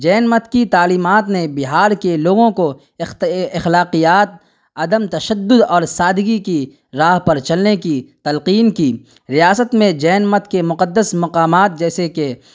جین مت کی تعلیمات نے بہار کے لوگوں کو اخلاقیات عدم تشدد اور سادگی کی راہ پر چلنے کی تلقین کی ریاست میں جین مت کے مقدس مقامات جیسے کہ